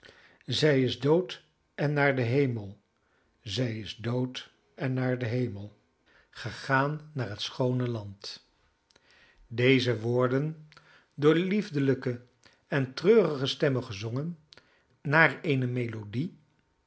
zij is dood en naar den hemel zij is dood en naar den hemel gegaan naar t schoone land deze woorden door liefelijke en treurige stemmen gezongen naar eene melodie